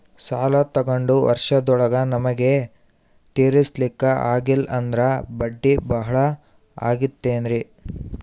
ಸಾಲ ತೊಗೊಂಡು ವರ್ಷದೋಳಗ ನಮಗೆ ತೀರಿಸ್ಲಿಕಾ ಆಗಿಲ್ಲಾ ಅಂದ್ರ ಬಡ್ಡಿ ಬಹಳಾ ಆಗತಿರೆನ್ರಿ?